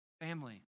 family